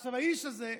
ועכשיו האיש הזה,